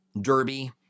Derby